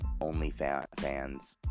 OnlyFans